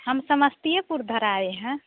हम समस्तीपुर इधर आए हैं